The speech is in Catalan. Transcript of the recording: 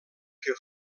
que